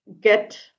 get